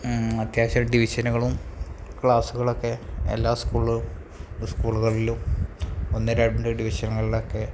അത്യാവശ്യം ഡിവിഷനുകളും ക്ലാസ്സുകളൊക്കെ എല്ലാ സ്കൂളിലും സ്കൂളുകളിലും ഒന്ന് രണ്ട് ഡിവിഷനുകളിലൊക്കെ